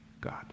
God